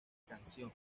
canción